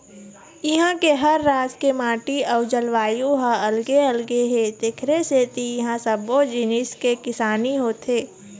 इहां के हर राज के माटी अउ जलवायु ह अलगे अलगे हे तेखरे सेती इहां सब्बो जिनिस के किसानी होथे